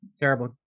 Terrible